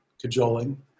cajoling